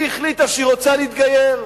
והיא החליטה שהיא רוצה להתגייר.